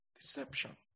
Deception